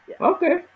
Okay